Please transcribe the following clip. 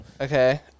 Okay